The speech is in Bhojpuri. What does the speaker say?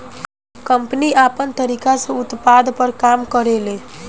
कम्पनी आपन तरीका से उत्पाद पर काम करेले